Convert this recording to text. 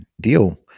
deal